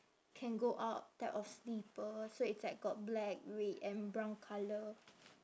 can go out type of slipper so it's like got black red and brown colour